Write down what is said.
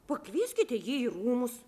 pakvieskite jį į rūmus